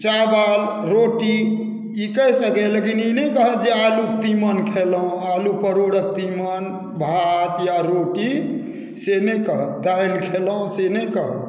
चावल रोटी ई कहि सकैया लेकिन ई नहि कहत जे आलू कऽ तीमन खेलहुॅं हँ आलू परोड़क तीमन भात या रोटी से नहि कहत दालि खेलौ से नहि कहत